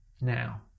now